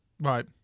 Right